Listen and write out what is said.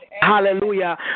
Hallelujah